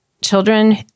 children